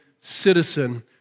Citizen